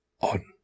on